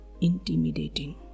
intimidating